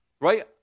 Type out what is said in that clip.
Right